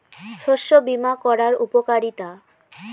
শস্য বিমা করার উপকারীতা?